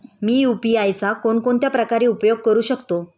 मी UPI चा कोणकोणत्या प्रकारे उपयोग करू शकतो?